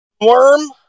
worm